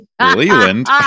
Leland